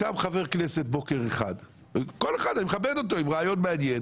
קם חבר כנסת בוקר אחד עם רעיון מעניין